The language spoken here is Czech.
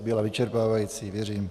Byla vyčerpávající, věřím.